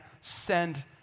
Send